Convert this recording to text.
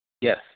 Yes